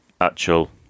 actual